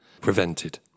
prevented